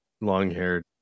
long-haired